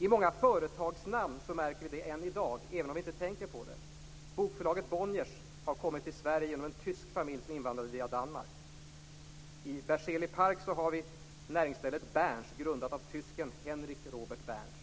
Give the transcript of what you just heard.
I många företagsnamn märker vi det än i dag, även om vi inte tänker på det. Bokförlaget Bonniers har kommit till Sverige genom en tysk familj som invandrade via Danmark. I Berzelii park har vi näringsstället Berns, grundat av tysken Henrik Robert Berns.